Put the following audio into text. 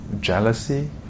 jealousy